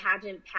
pageant